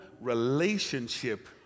relationship